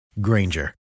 Granger